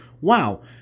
wow